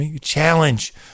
Challenge